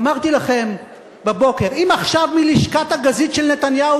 אמרתי לכם בבוקר: אם עכשיו מלשכת הגזית של נתניהו